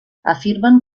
afirmen